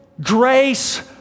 grace